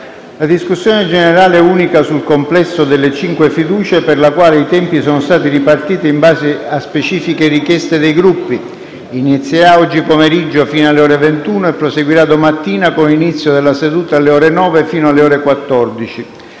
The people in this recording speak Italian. La discussione unica sul complesso delle cinque fiducie, per le quali i tempi sono stati ripartiti in base a specifiche richieste dei Gruppi, inizierà oggi pomeriggio fino alle ore 21 e proseguirà domani mattina con inizio della seduta alle ore 9 e fino alle ore 14.